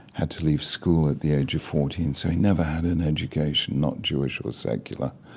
had to leave school at the age of fourteen, so he never had an education not jewish or secular.